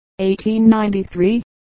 1893